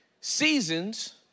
Seasons